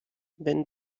wenn